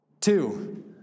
Two